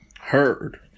Heard